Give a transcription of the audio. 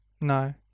No